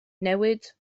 newid